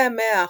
מהמאה ה־11,